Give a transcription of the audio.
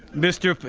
mr.